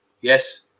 yes